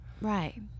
right